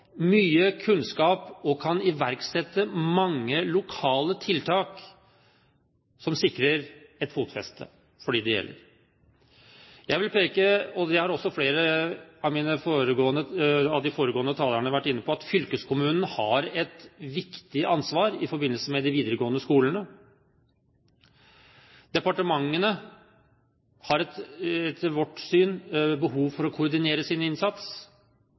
mye kunnskap og kan iverksette mange lokale tiltak som sikrer et fotfeste for dem det gjelder. Flere av de foregående talerne har også vært inne på at fylkeskommunen har et viktig ansvar i forbindelse med de videregående skolene. Departementene har etter vårt syn behov for å koordinere sin innsats.